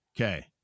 okay